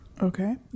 Okay